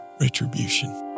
retribution